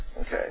okay